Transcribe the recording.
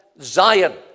Zion